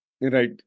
Right